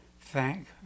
Thank